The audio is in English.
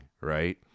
right